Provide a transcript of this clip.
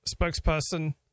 spokesperson